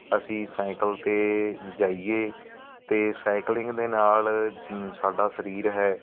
ਅਸੀਂ ਸੈਂਕਲ 'ਤੇ ਜਾਈਏ ਅਤੇ ਸਾਈਕਲਿੰਗ ਦੇ ਨਾਲ ਸਾਡਾ ਸਰੀਰ ਹੈ